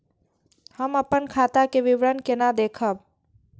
हम अपन खाता के विवरण केना देखब?